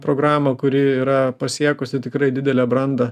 programą kuri yra pasiekusi tikrai didelę brandą